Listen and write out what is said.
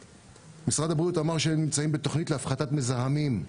משרד הבריאות אמר שהם נמצאים בתוכנית להפחתת מזהמים.